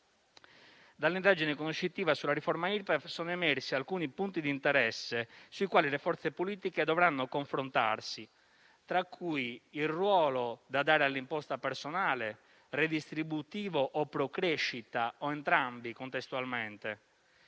Dall'indagine conoscitiva sulla riforma Irpef sono emersi alcuni punti di interesse, sui quali le forze politiche dovranno confrontarsi, tra cui il ruolo da dare all'imposta personale, redistributivo o *pro* crescita o entrambi contestualmente;